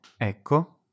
Ecco